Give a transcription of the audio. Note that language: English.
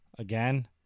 Again